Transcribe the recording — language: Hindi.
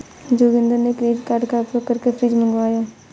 जोगिंदर ने क्रेडिट कार्ड का उपयोग करके फ्रिज मंगवाया